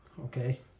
Okay